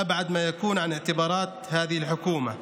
ההיגיון הזה הוא הכי רחוק מהשיקולים של הממשלה הזאת.